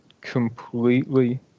completely